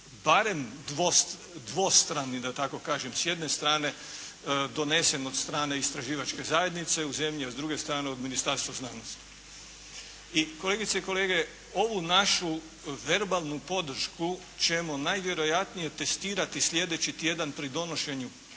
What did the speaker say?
barem dvostran da tako kažem. S jedne strane donesen od strane istraživačke zajednice u zemlji, a s druge strane donesen od Ministarstva znanosti. I kolegice i kolege, ovu našu verbalnu podršku ćemo najvjerojatnije testirati sljedeći tjedan pri donošenju